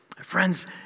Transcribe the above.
Friends